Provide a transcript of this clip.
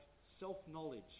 self-knowledge